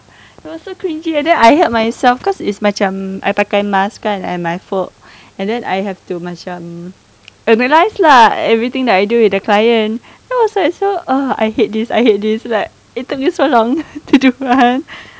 it was so cringey then I heard myself cause it's macam I pakai mask kan and then I have to macam analyse lah everything that I do with the client then I was like so uh I hate this I hate this like interview so long thirty plus